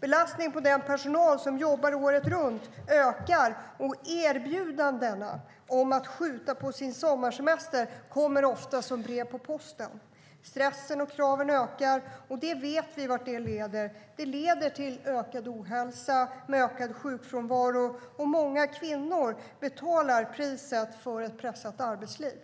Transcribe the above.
Belastningen på den personal som jobbar året runt ökar, och erbjudandena om att skjuta på sin sommarsemester kommer ofta som ett brev på posten. Stressen och kraven ökar, och vi vet vart det leder. Det leder till ökad ohälsa med ökad sjukfrånvaro. Många kvinnor betalar priset för ett pressat arbetsliv.